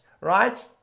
right